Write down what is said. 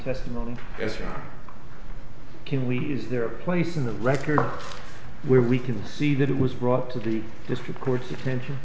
testimony as you can we is there a place in the record where we can see that it was brought to the district court's attention